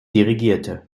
dirigierte